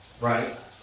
right